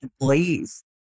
employees